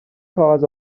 کاغذ